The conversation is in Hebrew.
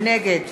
נגד